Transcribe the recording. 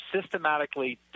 systematically